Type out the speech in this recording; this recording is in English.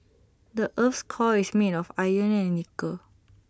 the Earth's core is made of iron and nickel